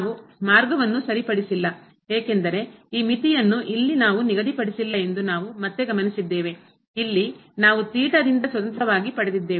ನಾವು ಮಾರ್ಗವನ್ನು ಸರಿಪಡಿಸಿಲ್ಲ ಏಕೆಂದರೆ ಈ ಮಿತಿಯನ್ನು ಇಲ್ಲಿ ನಾವು ನಿಗದಿಪಡಿಸಿಲ್ಲ ಎಂದು ನಾವು ಮತ್ತೆ ಗಮನಿಸಿದ್ದೇವೆ ಇಲ್ಲಿ ನಾವು ಥೀಟಾದಿಂದ ಸ್ವತಂತ್ರವಾಗಿ ಪಡೆದಿದ್ದೇವೆ